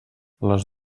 les